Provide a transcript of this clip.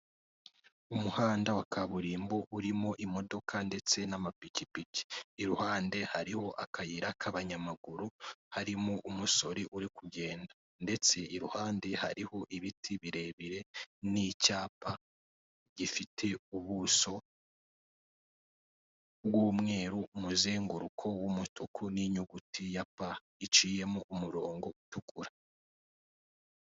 Umuhanda wa kaburimbo urimo imodoka ndetse n'amapikipiki iruhande hariho akayira k'abanyamaguru harimo umusore uri kugenda, ndetse iruhande hariho ibiti birebire n'icyapa gifite ubuso bw'umweru umuzenguruko w'umutuku n'inyuguti ya pa iciyemo umurongo utukura.